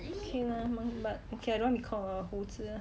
okay lah mon~ but okay but I don't want be called a 猴子